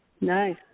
Nice